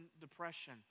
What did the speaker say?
depression